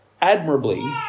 admirably